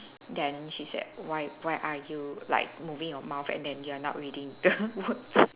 then she say why why are you like moving your mouth and then you are not reading the